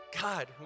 God